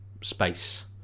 space